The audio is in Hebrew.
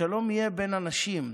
השלום יהיה בין אנשים,